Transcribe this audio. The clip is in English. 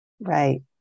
Right